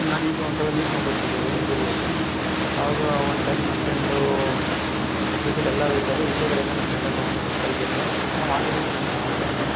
ನಾನು ಹೀಗೆ ಒಂದು ಸಲ ನೀರು ಮುಳ್ಗಕ್ಕೆ ಹೋಗಿದ್ದೆ ಈಜು ಹೊಡೆಯಕ್ಕೆ ಆವಾಗ ಒಂದು ಟೈಮ್ ನನ್ನ ಫ್ರೆಂಡು ಜೊತೆಲಿ ಎಲ್ಲರು ಇದ್ದಾಗ ಹಿಂದೆಗಡೆಯಿಂದ ನನ್ನ ಫ್ರೆಂಡನ್ನು ಒಂದು ಸಲ ತಳ್ಳಿಬಿಟ್ರು ನಾವು ಅಲ್ರೆಡಿ ಸ್ವಿಮ್ಮಿಂಗ್ ಮಾಡ್ತಾ ಇದೊ